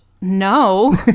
no